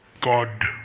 God